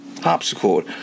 harpsichord